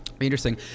Interesting